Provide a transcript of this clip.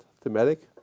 thematic